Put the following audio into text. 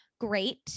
great